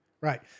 Right